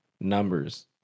numbers